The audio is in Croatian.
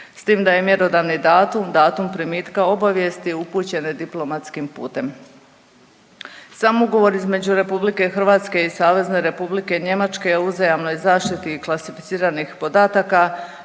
s tim da je mjerodavni datum, datum primitka obavijesti upućene diplomatskim putem. Sam ugovor između RH i SR Njemačke o uzajamnoj zaštiti i klasificiranih podataka